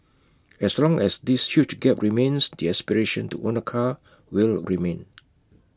as long as this huge gap remains the aspiration to own A car will remain